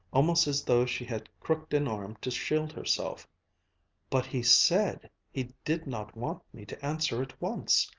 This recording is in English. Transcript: almost as though she had crooked an arm to shield herself but he said he did not want me to answer at once!